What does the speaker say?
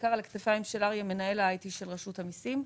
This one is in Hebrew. בעיקר על הכתפיים של אריה מנהל שע"מ של רשות המיסים.